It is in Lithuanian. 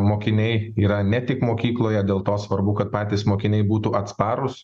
mokiniai yra ne tik mokykloje dėl to svarbu kad patys mokiniai būtų atsparūs